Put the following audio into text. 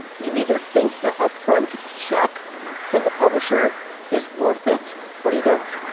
you either think the upfront check from the publisher is worth it or you don't.